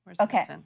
Okay